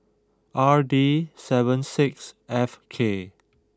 R D seven six F K